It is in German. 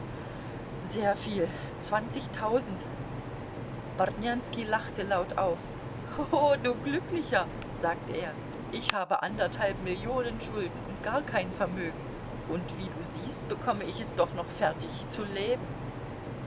sehr viel zwanzigtausend bartnjanski lachte laut auf o du glücklicher sagte er ich habe anderthalb millionen schulden und gar kein vermögen und wie du siehst bekomme ich es doch noch fertig zu leben